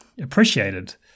appreciated